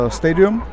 stadium